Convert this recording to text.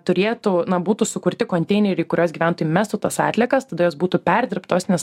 turėtų na būtų sukurti konteineriai kuriuos gyventojai mestų tas atliekas tada jos būtų perdirbtos nes